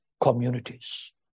communities